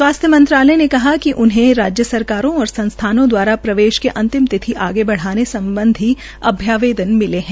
स्वास्थ्य मंत्रालय ने कहा कि उन्हें राज्य सरकारों और संस्थानों द्वारा प्रवेश के अंतिम तिथि आगे बढ़ाने सम्बधी अभ्यावेदन मिले है